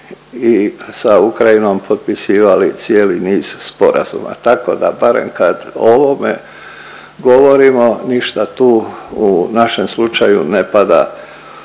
i sa Ukrajinom potpisivali cijeli niz sporazuma. Tako da barem kad o ovome govorimo ništa tu u našem slučaju ne pada sa neba.